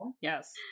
Yes